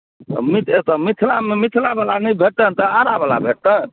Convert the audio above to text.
हँ एतय मिथिलामे मिथिलावला नहि भेटत तऽ कि आरावला भेटत